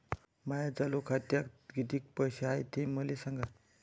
माया चालू खात्यात किती पैसे हाय ते मले सांगा